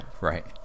right